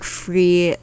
free